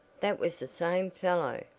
that was the same fellow,